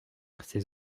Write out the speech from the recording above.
ces